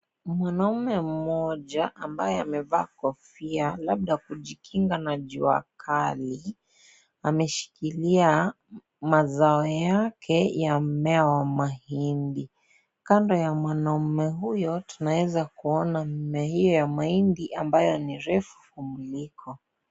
Mwanaume mmoja, ambaye amevaa kofia labda kujikinga na jua kali, ameshikilia mazao yake ya mmea wa mahindi. Kando ya mwanaume huyo, tunaweza kuona mimea hiyo ya mahindi ambayo ni refu kumliko.